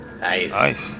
Nice